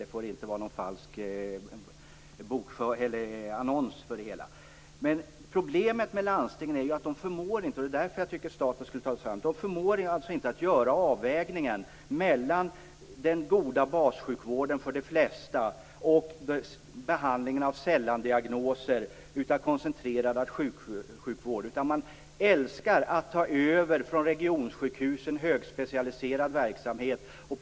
Det får inte vara falska annonser över det hela. Problemen med landstingen är att de inte förmår att göra avvägningen mellan den goda bassjukvården för de flesta, behandlingen av sällandiagnoser och koncentrerad akutsjukvård. Man älskar att ta över högspecialiserad verksamhet från regionsjukhusen.